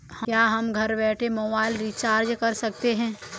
क्या हम घर बैठे मोबाइल रिचार्ज कर सकते हैं?